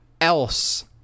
else